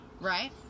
Right